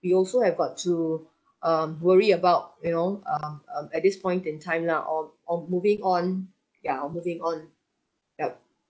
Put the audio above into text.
we also have got to um worry about you know uh um at this point in time lah on on moving on ya on moving on yup